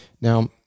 Now